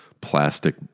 plastic